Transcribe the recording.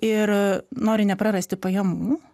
ir nori neprarasti pajamų